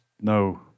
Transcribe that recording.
No